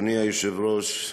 אדוני היושב-ראש,